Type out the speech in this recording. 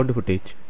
Footage